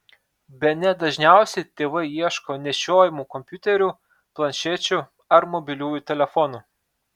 bene dažniausiai tėvai ieško nešiojamų kompiuterių planšečių ar mobiliųjų telefonų